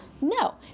No